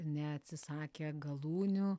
neatsisakę galūnių